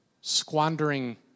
squandering